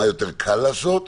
מה יותר קל לעשות.